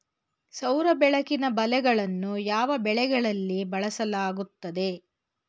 ಸೌರ ಬೆಳಕಿನ ಬಲೆಗಳನ್ನು ಯಾವ ಬೆಳೆಗಳಲ್ಲಿ ಬಳಸಲಾಗುತ್ತದೆ?